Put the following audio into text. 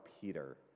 Peter